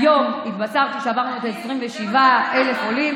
והיום התבשרתי שעברנו את ה-27,000 עולים,